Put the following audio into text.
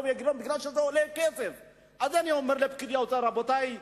שזה עולה כסף לכן אני אומר לפקידי האוצר: רבותי,